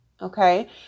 Okay